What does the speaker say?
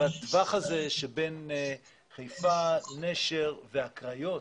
בטווח הזה שבין חיפה, נשר והקריות,